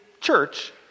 church